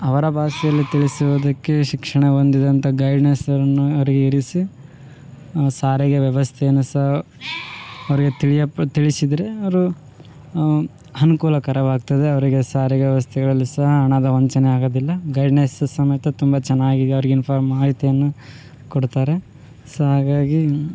ಅವರ ಭಾಷೆಯಲ್ಲಿ ತಿಳಿಸುವುದಕ್ಕೆ ಶಿಕ್ಷಣ ಹೊಂದಿದಂಥ ಗೈಡ್ನೆಸ್ ಅವ್ರನ್ನ ಇರಿಸಿ ಸಾರಿಗೆ ವ್ಯವಸ್ಥೆಯನ್ನು ಸ ಅವ್ರಿಗೆ ತಿಳಿಯಪ್ಪ ತಿಳಿಸಿದರೆ ಅವರು ಅನ್ಕೂಲಕರವಾಗ್ತದೆ ಅವರಿಗೆ ಸಾರಿಗೆ ವ್ಯವಸ್ಥೆಗಳಲ್ಲಿ ಸಹ ಹಣದ ವಂಚನೆ ಆಗೋದಿಲ್ಲ ಗೈಡ್ನೆಸ್ ಸಮೇತ ತುಂಬ ಚೆನ್ನಾಗಿ ಅವ್ರಿಗೆ ಇನ್ಫಾರ್ಮ್ ಮಾಹಿತಿಯನ್ನು ಕೊಡ್ತಾರೆ ಸಹ ಹಾಗಾಗಿ